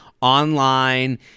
online